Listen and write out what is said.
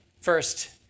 First